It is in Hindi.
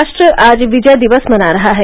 राष्ट्र आज विजय दिवस मना रहा है